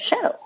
show